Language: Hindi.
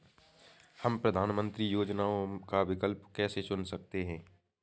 हम प्रधानमंत्री योजनाओं का विकल्प कैसे चुन सकते हैं?